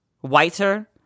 whiter